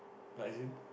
like as in